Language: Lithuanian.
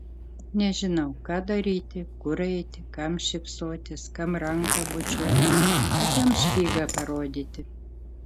nežinau ką daryti kur eiti kam šypsotis kam ranką bučiuoti o kam špygą parodyti